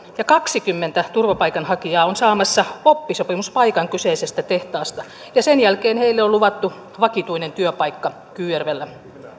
ja kaksikymmentä turvapaikanhakijaa on saamassa oppisopimuspaikan kyseisestä tehtaasta ja sen jälkeen heille on luvattu vakituinen työpaikka kyyjärvellä